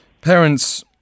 Parents